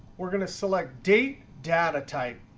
we're going to select date data type.